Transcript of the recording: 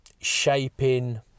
Shaping